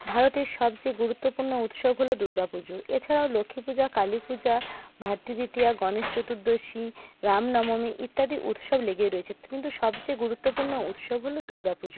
ভারতের সবচেয়ে গুরুত্বপূণ্ণো উৎসব হল দুর্গা পুজো এছাড়াও লক্ষ্মী পূজা কালী পূজা ভাতৃদ্বিতীয়া গণেশ চতুর্দশী রাম নবমী ইত্যাদি উৎসব লেগেই রয়েছে কিন্তু সবচেয়ে গুরুত্বপূর্ণ উৎসব হল দুর্গা পুজো